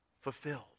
fulfilled